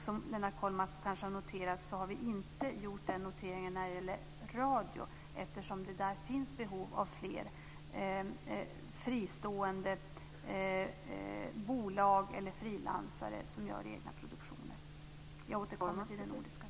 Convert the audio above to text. Som Lennart Kollmats kanske har noterat har vi inte gjort den noteringen när det gäller radio, eftersom det där finns behov av fler fristående bolag eller frilansare som gör egna produktioner. Jag återkommer till det nordiska.